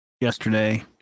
yesterday